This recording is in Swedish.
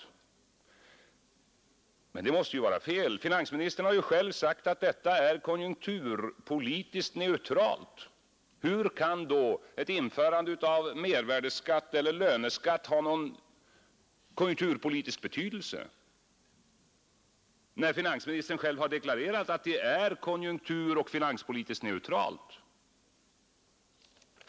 Men det måste vara fel. Finansministern har själv förklarat att förslaget är konjunkturpolitiskt neutralt. Hur kan ett införande av mervärdeskatt eller löneskatt ha någon konjunkturpolitisk betydelse, när finansministern själv har deklarerat att förslaget är konjunkturoch finanspolitiskt neutralt?